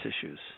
issues